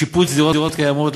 שיפוץ דירות קיימות,